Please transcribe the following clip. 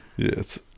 Yes